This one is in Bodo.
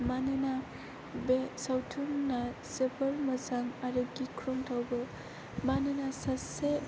मानोना बे सावथुना जोबोद मोजां आरो गिख्रंथावबो मानोना सासे